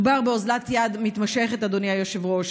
מדובר באוזלת יד מתמשכת, אדוני היושב-ראש.